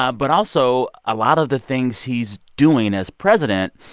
ah but also, a lot of the things he's doing as president,